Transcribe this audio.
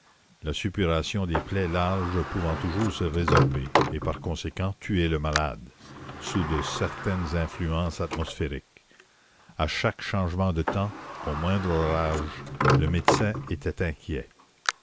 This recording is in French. la suppuration des plaies larges pouvant toujours se résorber et par conséquent tuer le malade sous de certaines influences atmosphériques à chaque changement de temps au moindre orage le médecin était inquiet